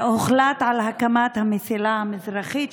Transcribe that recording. ב-2016 הוחלט על הקמת המסילה המזרחית,